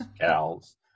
cows